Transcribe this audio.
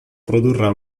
produrrà